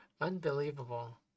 Unbelievable